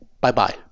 Bye-bye